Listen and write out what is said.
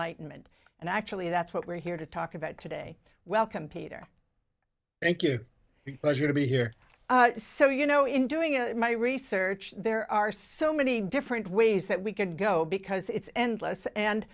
enlightenment and actually that's what we're here to talk about today welcome peter thank you as you to be here so you know in doing my research there are so many different ways that we can go because it's endless and